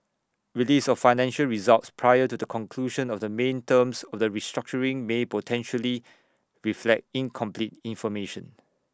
release of financial results prior to the conclusion of the main terms of the restructuring may potentially reflect incomplete information